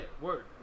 word